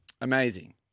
Amazing